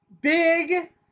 big